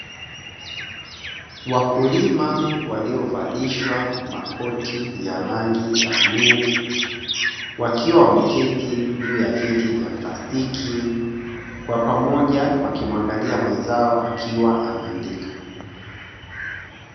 Wakulima waliovalishwa makoti ya rangi ya bluu wakiwa wameketi juu ya viti vya plastiki kwa pamoja wakimwangalia mwenzao akiwa anaandika.